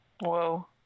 Whoa